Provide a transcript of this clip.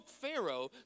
Pharaoh